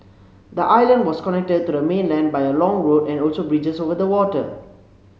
the island was connected to the mainland by a long road and also bridges over the water